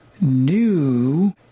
new